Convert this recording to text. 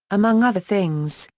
among other things,